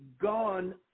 gone